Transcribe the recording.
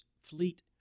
fleet